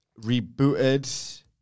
rebooted